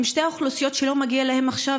הן שתי האוכלוסיות שלא מגיע להן עכשיו